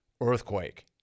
Earthquake